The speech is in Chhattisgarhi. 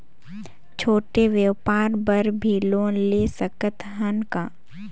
छोटे व्यापार बर भी लोन ले सकत हन का?